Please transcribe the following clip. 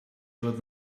fod